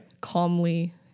Calmly